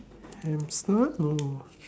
hamster no